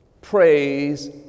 praise